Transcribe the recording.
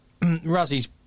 Razzie's